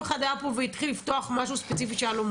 אחד והתחיל לפתוח משהו ספציפי שהיה לו,